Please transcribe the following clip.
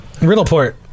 Riddleport